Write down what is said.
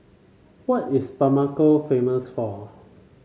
what is Bamako famous for